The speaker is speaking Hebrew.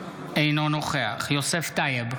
אינו נוכח יוסף טייב,